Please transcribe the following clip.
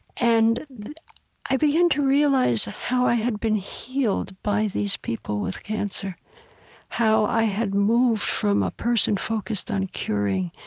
and i began to realize how i had been healed by these people with cancer how i had moved from a person focused on curing,